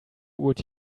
would